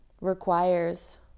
requires